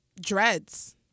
dreads